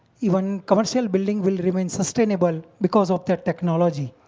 even commercial building will remain sustainable because of technology.